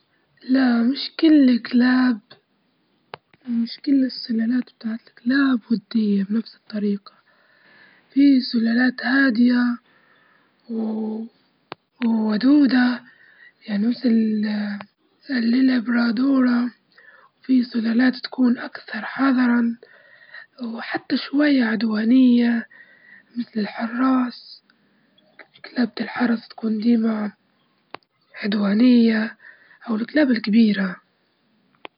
لا مش كل كلاب و مش كل السلالات بتاعت الكلاب ودية بنفس الطريقة، في سلالات هادية وودودة، يعني مثلًا ال الليبرادورة، وفي سلالات تكون أكثر حذرًا وحتى شوية عدوانية مثل الحراس كلابة الحرس تكون ديما عدوانية أو الكلاب الكبيرة.